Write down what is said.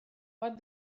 but